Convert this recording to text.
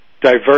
diverse